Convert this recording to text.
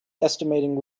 estimating